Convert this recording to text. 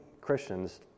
Christians